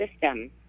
system